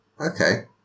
Okay